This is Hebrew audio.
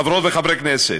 חברות וחברי הכנסת,